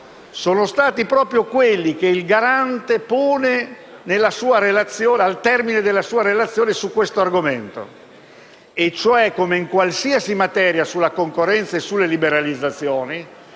è stato proprio quello che il Garante pone al termine della sua relazione su questo argomento: come in qualsiasi materia sulla concorrenza e sulle liberalizzazioni,